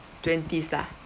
twenties lah